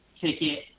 ticket